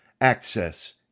access